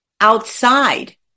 outside